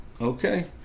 okay